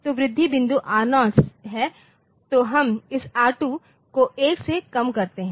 तो वृद्धि बिंदु R0 हैं तो हम इस R2 को 1 से कम करते हैं